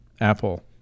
Apple